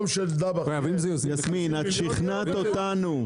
יסמין, את שכנעת אותנו.